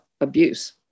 abuse